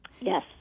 Yes